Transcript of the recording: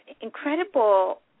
incredible